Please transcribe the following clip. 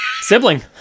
Sibling